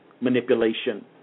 manipulation